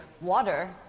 water